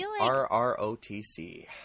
R-R-O-T-C